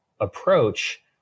approach